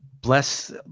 bless